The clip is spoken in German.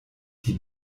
die